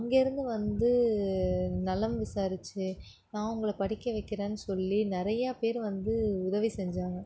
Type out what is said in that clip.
அங்கேயிருந்து வந்து நலம் விசாரித்து நான் அவங்கள படிக்க வைக்கிறேனு சொல்லி நிறையாப் பேர் வந்து உதவி செஞ்சாங்க